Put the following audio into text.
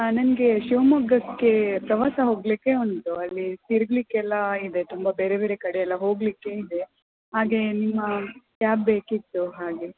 ನನಗೆ ಶಿವಮೊಗ್ಗಕ್ಕೆ ಪ್ರವಾಸ ಹೋಗಲಿಕ್ಕೆ ಉಂಟು ಅಲ್ಲಿ ತಿರುಗಲಿಕ್ಕೆ ಎಲ್ಲ ಇದೆ ತುಂಬ ಬೇರೆ ಬೇರೆ ಕಡೆ ಎಲ್ಲ ಹೋಗಲಿಕ್ಕೆ ಇದೆ ಹಾಗೆ ನಿಮ್ಮ ಕ್ಯಾಬ್ ಬೇಕಿತ್ತು ಹಾಗೆ